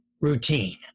routine